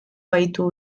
baitu